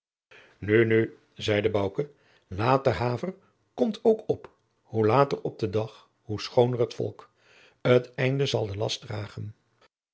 nu zeide bouke late haver komt ook jacob van lennep de pleegzoon op hoe later op den dag hoe schooner volk t einde zal de last dragen